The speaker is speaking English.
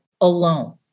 alone